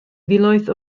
filoedd